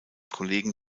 kollegen